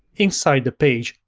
inside the page,